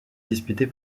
disputée